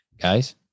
guys